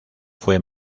fue